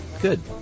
Good